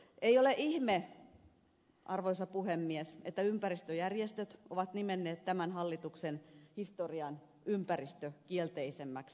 ei ole ihme arvoisa puhemies että ympäristöjärjestöt ovat nimenneet tämän hallituksen historian ympäristökielteisimmäksi hallitukseksi